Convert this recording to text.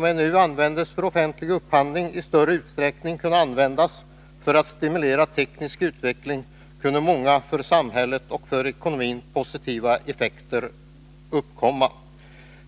nu används för offentlig upphandling i större utsträckning kunde användas för att stimulera teknisk utveckling kunde många för samhället och för ekonomin positiva effekter uppkomma.